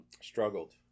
Struggled